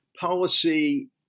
policy